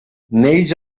neix